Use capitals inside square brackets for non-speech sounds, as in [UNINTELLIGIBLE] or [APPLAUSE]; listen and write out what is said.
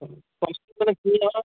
[UNINTELLIGIBLE]